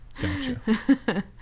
Gotcha